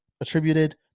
attributed